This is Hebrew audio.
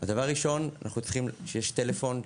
ודבר ראשון כשיש טלפון,